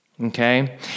Okay